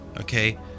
okay